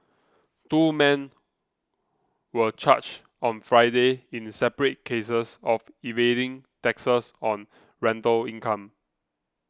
two men were charged on Friday in separate cases of evading taxes on rental income